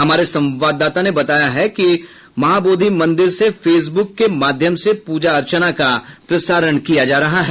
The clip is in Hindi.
हमारे संवाददाता ने बताया कि महाबोधि मंदिर से फेसबुक के माध्यम से पूजा अर्चना किया जा रहा है